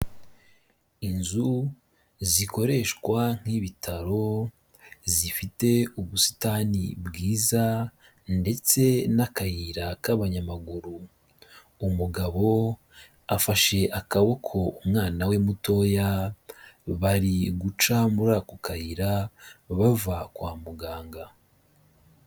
Inzu zikoreshwa nk'ibitaro, zifite ubusitani bwiza ndetse n'akayira k'abanyamaguru, umugabo afashe akaboko umwana we mutoya bari guca muri ako kayira bava kwa muganga.